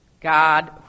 God